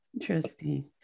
Interesting